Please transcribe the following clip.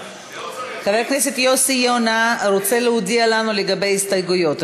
חבר הכנסת יוסי יונה רוצה להודיע לנו לגבי הסתייגויות,